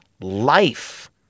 life